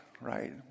right